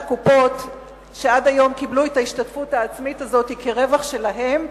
הקופות שעד היום קיבלו את ההשתתפות העצמית הזאת כרווח שלהן,